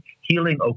Healing